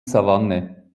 savanne